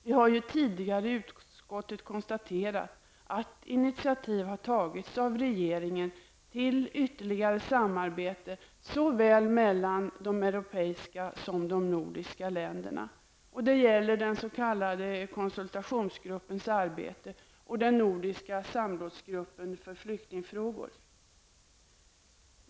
Vi har ju tidigare i utskottet konstaterat att initiativ har tagits av regeringen till ytterligare samarbete såväl mellan de europeiska länderna som de nordiska. Det gäller den s.k.